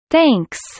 Thanks